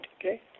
Okay